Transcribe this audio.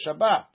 Shabbat